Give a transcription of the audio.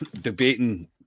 debating